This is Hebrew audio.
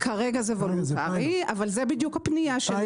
כרגע זה וולונטרי אבל זאת בדיוק הפנייה שלנו.